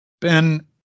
Ben